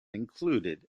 included